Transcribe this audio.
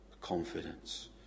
confidence